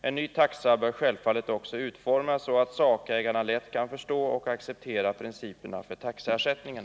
En ny taxa bör självfallet också utformas så att sakägarna lätt kan förstå och acceptera principerna för taxesättningen.